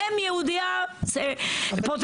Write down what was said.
אם יהודיה פוטנציאלית.